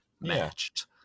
matched